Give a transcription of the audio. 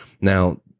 Now